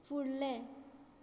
फुडलें